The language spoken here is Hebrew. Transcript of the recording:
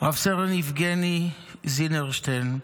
רב-סרן יבגני זינרשיין,